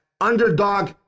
underdog